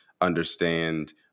understand